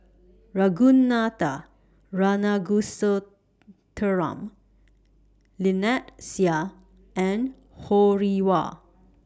Ragunathar Kanagasuntheram Lynnette Seah and Ho Rih Hwa